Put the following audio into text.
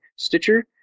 Stitcher